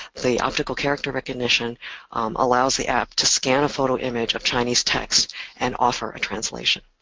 the optical character recognition allows the app to scan a photo image of chinese text and offer a translation.